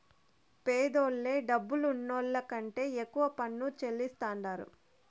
పేదోల్లే డబ్బులున్నోళ్ల కంటే ఎక్కువ పన్ను చెల్లిస్తాండారు